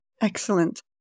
Excellent